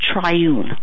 triune